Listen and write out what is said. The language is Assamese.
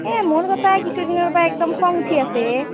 এ মোৰ গোটেই কিছুদিনৰ পৰা একদম খং উঠি আছে হে